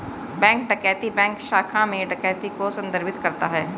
bank डकैती bank शाखा में डकैती को संदर्भित करता है